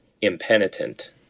impenitent